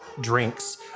drinks